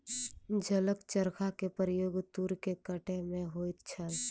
जलक चरखा के प्रयोग तूर के कटै में होइत छल